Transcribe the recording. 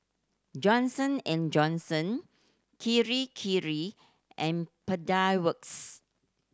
Johnson and Johnson Kirei Kirei and Pedal Works